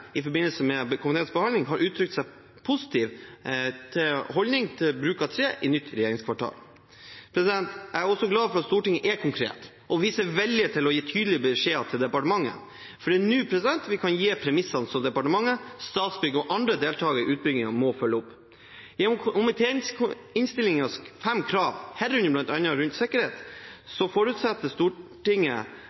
i forbindelse med komiteens behandling har uttrykt en positiv holdning til bruk av tre i det nye regjeringskvartalet. Jeg er også glad for at Stortinget er konkret og viser vilje til å gi tydelige beskjeder til departementet. Det er nå vi kan gi premissene som departementet, Statsbygg og andre deltakere i utbyggingen må følge opp. Gjennom komitéinnstillingens fem krav, herunder bl.a. rundt sikkerhet, forutsetter Stortinget